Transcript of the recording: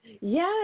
Yes